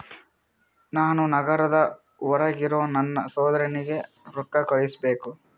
ನಾನು ನಗರದ ಹೊರಗಿರೋ ನನ್ನ ಸಹೋದರನಿಗೆ ರೊಕ್ಕ ಕಳುಹಿಸಬೇಕು